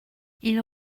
ils